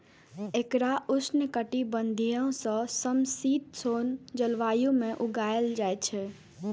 एकरा उष्णकटिबंधीय सं समशीतोष्ण जलवायु मे उगायल जाइ छै